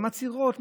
הן מצהירות,